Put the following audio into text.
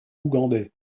ougandais